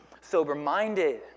sober-minded